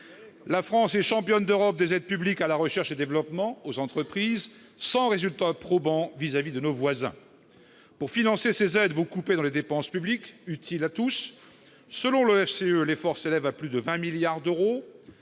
la France est championne d'Europe des aides publiques à la recherche et développement, aux entreprises, sans résultat probant vis-à-vis de nos voisins pour financer ces aides vont couper dans les dépenses publiques utiles à tous, selon l'OFCE, l'effort s'élève à plus de 20 milliards d'euros,